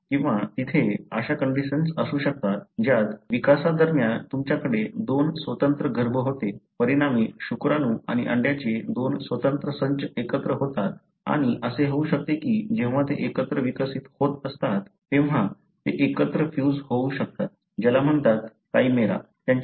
किंवा तिथे अशा कंडिशन्स असू शकतात ज्यात विकासादरम्यान तुमच्याकडे दोन स्वतंत्र गर्भ होते परिणामी शुक्राणू आणि अंड्याचे दोन स्वतंत्र संच एकत्र होतात आणि असे होऊ शकते की जेव्हा ते एकत्र विकसित होत असतात तेव्हा ते एकत्र फ्यूज होऊ शकतात ज्याला म्हणतात काइमेरा म्हणतात